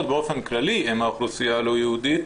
באופן כללי הן מהאוכלוסייה הלא יהודית,